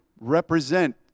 represent